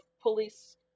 police